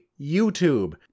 YouTube